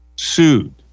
Sued